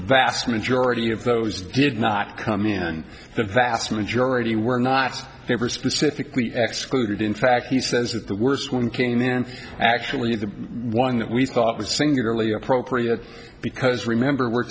vast majority of those did not come in and the vast majority were not ever specifically excluded in fact he says that the worst one came then actually the one that we thought was singularly appropriate because remember we're